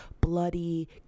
bloody